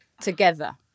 together